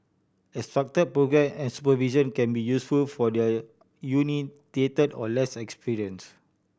a structured programme and supervision can be useful for their uninitiated or less experienced